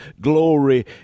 glory